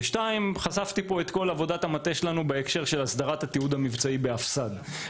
וגם בעבודת המטה שלנו בהקשר של הסדרת התיעוד המבצעי בהפס"ד.